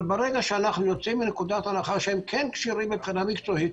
אבל ברגע שאנחנו יוצאים מנקודת הנחה שהם כן כשירים מבחינה מקצועית,